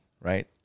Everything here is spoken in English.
right